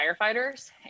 firefighters